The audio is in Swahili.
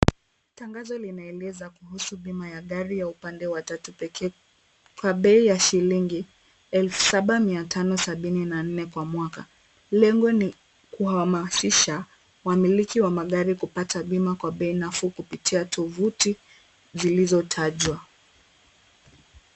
Tangazo linaeleza kuhusu bima ya gari ya upande wa tatu pekee, kwa bei ya shillingi elfu saba mia tano sabini na nne kwa mwaka, lengo ni kuhamasisha wamiliki wa magari kupata bima kwa bei nafuu kupitia tovuti zilizotajwa.